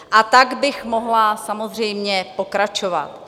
A tak bych mohla samozřejmě pokračovat.